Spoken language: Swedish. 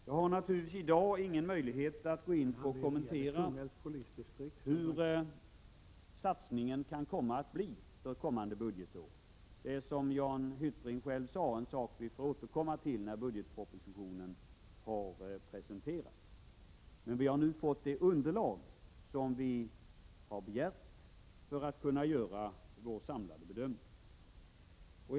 Jag har naturligtvis i dag ingen möjlighet att gå in på och kommentera hur satsningen kan komma att bli för kommande budgetår. Som Jan Hyttring själv sade är detta någonting som vi får återkomma till när budgetpropositionen har presenterats. Men vi har nu fått det underlag som vi har begärt för att kunna göra vår samlade bedömning.